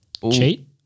Cheat